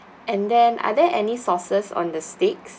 and then are there any sauces on the steaks